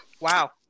Wow